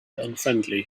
unfriendly